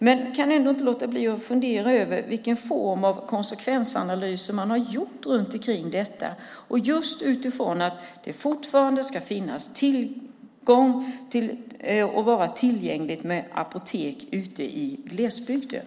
Men jag kan ändå inte låta bli att fundera över vilken form av konsekvensanalyser som man har gjort om detta och just utifrån att apotek fortfarande ska finnas tillgängliga ute i glesbygden.